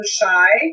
shy